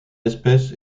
espèce